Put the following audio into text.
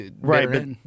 Right